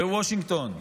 בוושינגטון,